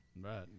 Right